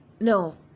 No